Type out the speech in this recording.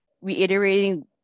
reiterating